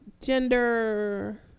Gender